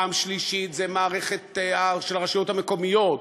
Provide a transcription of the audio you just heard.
פעם שלישית זו מערכת הרשויות המקומיות,